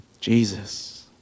Jesus